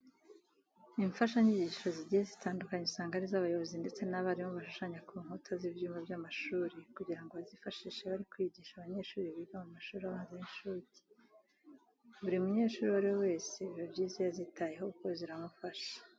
Imfashanyigisho zigiye zitandukanye usanga ari zo abayobozi ndetse n'abarimu bashushanya ku nkuta z'ibyumba by'amashuri kugira ngo bazifashishe bari kwigisha abanyeshuri biga mu mashuri abanza n'ay'incuke. Buri munyeshuri uwo ari we wese biba byiza iyo azitayeho kuko ziramufasha.